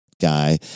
guy